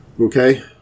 Okay